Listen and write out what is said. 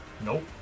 Nope